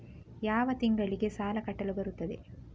ಯಾವ ತಿಂಗಳಿಗೆ ಸಾಲ ಕಟ್ಟಲು ಬರುತ್ತದೆ?